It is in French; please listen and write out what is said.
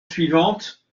suivante